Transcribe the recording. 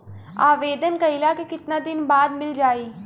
आवेदन कइला के कितना दिन बाद मिल जाई?